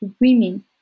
women